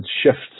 shifts